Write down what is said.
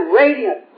radiant